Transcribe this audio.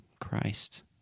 Christ